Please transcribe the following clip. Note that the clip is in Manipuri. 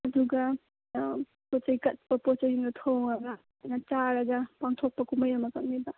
ꯑꯗꯨꯒ ꯄꯣꯠ ꯆꯩ ꯀꯠꯄ ꯄꯣꯠ ꯆꯩꯁꯤꯡꯗꯨ ꯊꯣꯡꯉꯥꯒ ꯑꯗꯨ ꯆꯥꯔꯒ ꯄꯥꯡꯊꯣꯛꯄ ꯀꯨꯝꯍꯩ ꯑꯃꯈꯛꯅꯦꯕ